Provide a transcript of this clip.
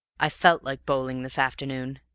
i felt like bowling this afternoon,